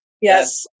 Yes